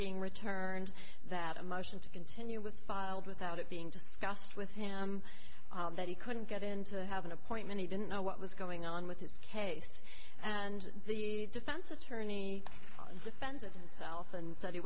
being returned that a motion to continue was filed without it being discussed with him that he couldn't get in to have an appointment he didn't know what was going on with his case and the defense attorney defended himself and said he